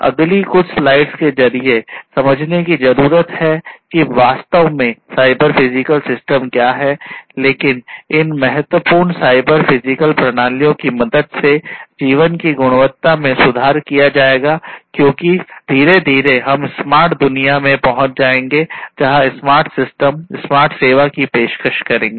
अगली पीढ़ी के इंटरनेट में पहुंच जाएंगे जहां स्मार्ट सिस्टम स्मार्ट सेवा की पेशकश करेंगे